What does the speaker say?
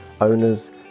owners